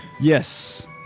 Yes